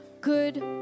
good